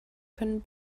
können